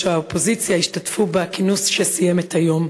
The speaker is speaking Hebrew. האופוזיציה השתתפו בכינוס שסיים את היום.